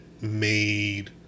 made